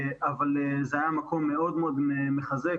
אבל זה היה מקום מאוד מאוד מחזק,